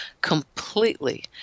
completely